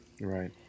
right